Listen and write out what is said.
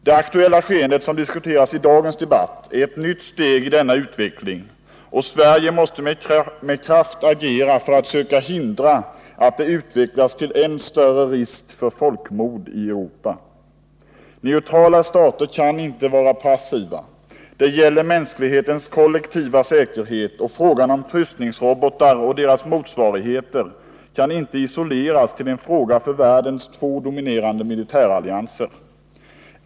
Det aktuella skeende som diskuteras i dagens debatt är ett nytt steg i denna utveckling, och Sverige måste med kraft agera för att söka hindra att det utvecklas till än större risk för folkmord i Europa. Neutrala stater kan inte vara passiva. Det gäller mänsklighetens kollektiva säkerhet, och frågan om kryssningsrobotar och deras motsvarigheter kan inte isoleras till en fråga för världens två dominerande militärallianser.